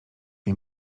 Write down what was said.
nie